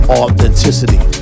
authenticity